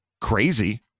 crazy